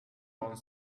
one